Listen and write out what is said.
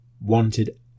wanted